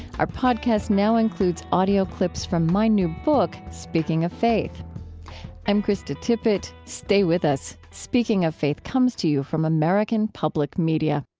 our podcast now includes audio clips from my new book, speaking of faith i'm krista tippett. stay with us. speaking of faith comes to you from american public media